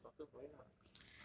you go see a doctor for it lah